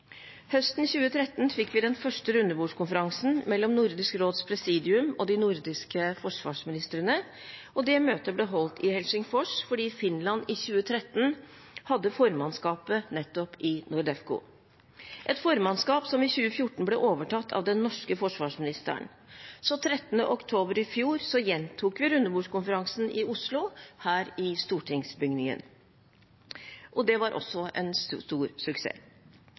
Høsten 2013 fikk vi den første rundebordskonferansen mellom Nordisk råds presidium og de nordiske forsvarsministrene. Det møtet ble holdt i Helsingfors fordi Finland i 2013 hadde formannskapet i nettopp NORDEFCO. Formannskapet ble i 2014 overtatt av den norske forsvarsministeren. Den 13. oktober i fjor gjentok vi rundebordskonferansen i Oslo, her i stortingsbygningen, og det var også en stor suksess.